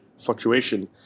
fluctuation